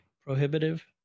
prohibitive